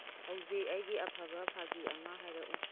ꯍꯧꯖꯤꯛ ꯑꯩꯒꯤ ꯑꯐꯕ ꯐꯥꯒꯤ ꯑꯃ ꯍꯥꯏꯔꯛꯎ